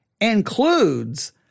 includes